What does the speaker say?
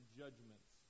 judgments